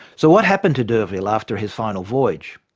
so what happened to d'urville after his final voyage?